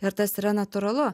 ir tas yra natūralu